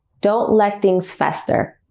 don't let things fester